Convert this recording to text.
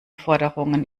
forderungen